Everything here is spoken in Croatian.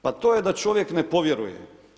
Pa to je da čovjek ne povjeruje.